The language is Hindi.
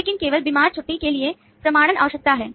लेकिन केवल बीमार छुट्टी के लिए प्रमाणन आवश्यक है